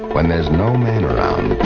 when there's no man around,